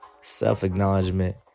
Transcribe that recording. self-acknowledgement